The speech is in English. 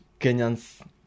Kenyans